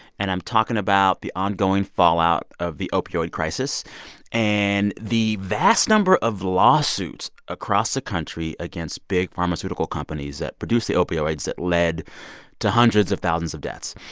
and i'm talking about the ongoing fallout of the opioid crisis and the vast number of lawsuits across the country against big pharmaceutical companies that produce the opioids that led to hundreds of thousands of deaths.